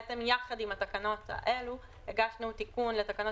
יחד עם התקנות האלה הגשנו תיקון לתקנות